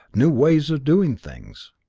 new ways of doing things.